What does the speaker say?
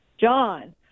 John